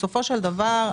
בסופו של דבר,